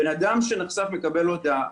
הבן אדם שנחשף מקבל את ההודעה.